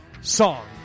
song